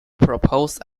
propose